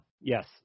Yes